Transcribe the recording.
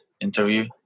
interview